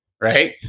right